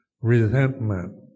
resentment